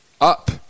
up